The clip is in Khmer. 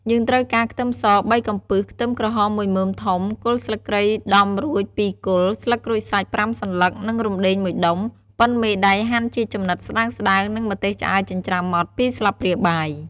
យើងត្រូវការខ្ទឹមស ៣កំពឹស ខ្ទឹមក្រហម ១មើមធំ គល់ស្លឹកគ្រៃដំរួច ២ គល់ ស្លឹកក្រូចសើច ៥សន្លឹក និង រំដេង ១ដុំ ប៉ុនមេដៃហាន់ជាចំណិតស្ដើងៗ និងម្ទេសឆ្អើរចិញ្ច្រាំម៉ដ្ដ ២ស្លាបព្រាបាយ។